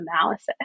analysis